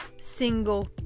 single